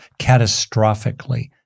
catastrophically